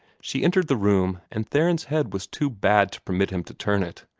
she entered the room, and theron's head was too bad to permit him to turn it,